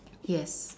yes